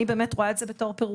אני באמת רואה את זה בתור פירורים.